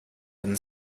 and